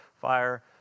fire